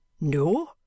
No